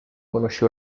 conosce